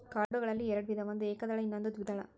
ಕಾಳುಗಳಲ್ಲಿ ಎರ್ಡ್ ಒಂದು ವಿಧ ಏಕದಳ ಇನ್ನೊಂದು ದ್ವೇದಳ